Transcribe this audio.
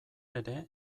ere